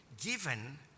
Given